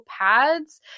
pads